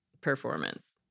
performance